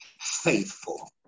faithful